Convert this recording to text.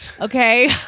Okay